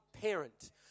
parent